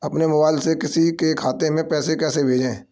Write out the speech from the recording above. अपने मोबाइल से किसी के खाते में पैसे कैसे भेजें?